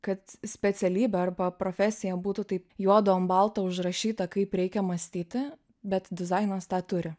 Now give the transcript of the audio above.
kad specialybė arba profesija būtų taip juodu ant balto užrašyta kaip reikia mąstyti bet dizainas tą turi